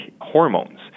hormones